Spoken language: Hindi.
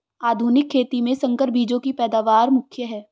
आधुनिक खेती में संकर बीजों की पैदावार मुख्य हैं